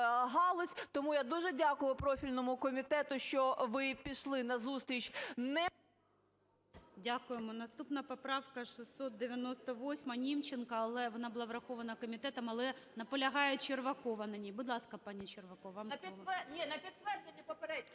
Тому я дуже дякую профільному комітету, що ви пішли назустріч